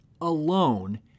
alone